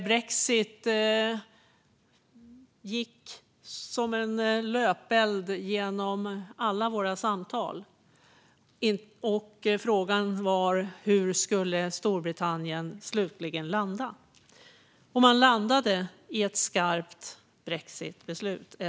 Brexit gick då som en löpeld genom alla våra samtal, och frågan var hur Storbritannien slutligen skulle landa. Efter ett val landade man i ett skarpt brexitbeslut.